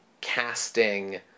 casting